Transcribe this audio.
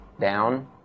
down